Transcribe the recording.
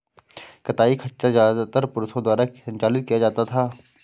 कताई खच्चर ज्यादातर पुरुषों द्वारा संचालित किया जाता था